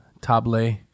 table